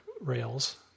Rails